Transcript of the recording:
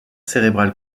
cérébrale